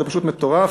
זה פשוט מטורף.